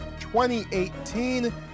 2018